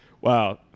Wow